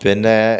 പിന്നേ